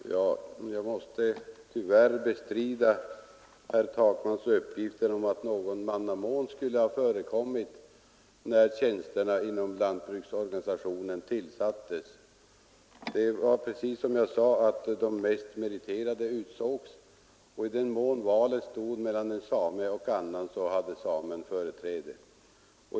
Herr talman! Jag måste tyvärr bestrida herr Takmans uppgifter om att någon mannamån skulle ha förekommit när tjänsterna inom lantbruksorganisationen tillsattes. Som jag sade utsågs de mest meriterade, men i den mån valet stod mellan en same och någon annan hade samen företräde.